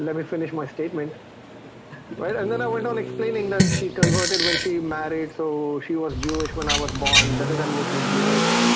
me finish my statement right, and then i went on explaining that she converted when she married so she was jewish when i was born doesn't that make me jewish?